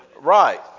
Right